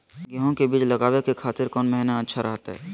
गेहूं के बीज लगावे के खातिर कौन महीना अच्छा रहतय?